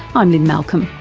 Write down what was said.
i'm lynne malcolm,